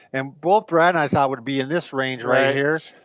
and both brad and i thought would be in this range right here,